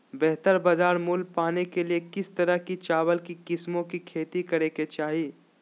बेहतर बाजार मूल्य पाने के लिए किस तरह की चावल की किस्मों की खेती करे के चाहि?